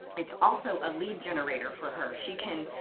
it's also a lead generator for her. she can,